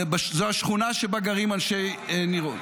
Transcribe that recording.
זו השכונה שבה גרים אנשי ניר עוז.